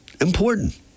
important